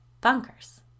bunkers